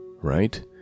right